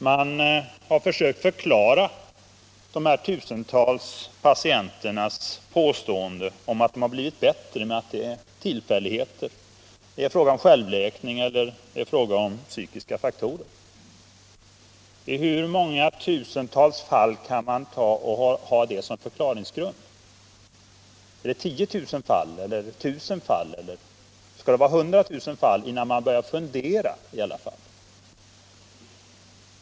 Man har försökt förklara de tusentals patienternas påståenden om att de blivit bättre med att det är tillfälligheter, att det är fråga om självläkning eller om psykiska faktorer. I hur många tusentals fall kan man ha det som förklaringsgrund? Skall det vara 10 000 fall eller 100 000 fall innan man börjar fundera?